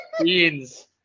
Beans